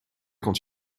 quand